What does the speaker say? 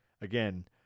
again